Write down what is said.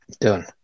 Done